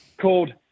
called